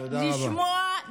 ולשמוע,